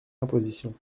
imposition